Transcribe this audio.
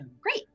great